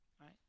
right